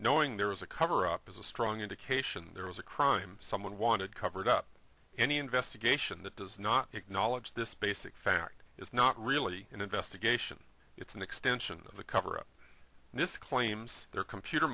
knowing there was a cover up is a strong indication there was a crime someone wanted covered up any investigation that does not acknowledge this basic fact is not really an investigation it's an extension of the cover up this claims their computer